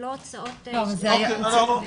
אלה לא הוצאות גדולות.